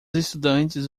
estudantes